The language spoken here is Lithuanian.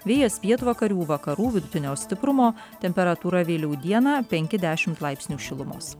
vėjas pietvakarių vakarų vidutinio stiprumo temperatūra vėliau dieną penki dešimt laipsnių šilumos